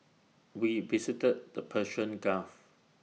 we visited the Persian gulf